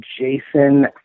Jason